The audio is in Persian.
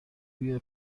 روی